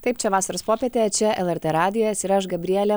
taip čia vasaros popietė čia lrt radijas ir aš gabrielė